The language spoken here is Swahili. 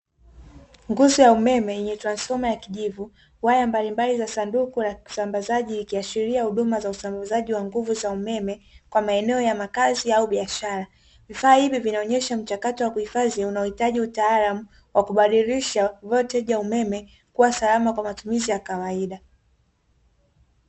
Nguzo ya umeme yenye transifoma ya kijivu, waya mbalimbali za sanduku la usambazaji ikiashiria huduma za usambazaji wa nguvu za umeme, kwa maeneo ya makazi au biashara. Vifaa hivi vinaonyesha mchakato wa kuhifadhi unaohitaji utaalamu, wa kubadilisha volteji ya umeme kuwa salama kwa matumizi ya kawaida.